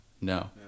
No